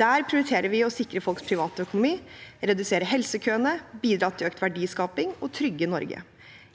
Der prioriterer vi å sikre folks privatøkonomi, redusere helsekøene, bidra til økt verdiskaping og trygge Norge.